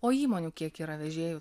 o įmonių kiek yra vežėjų